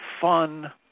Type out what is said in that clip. fun